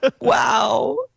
Wow